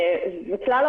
בכלל,